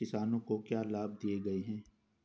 किसानों को क्या लाभ दिए गए हैं?